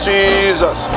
Jesus